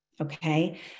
Okay